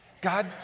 God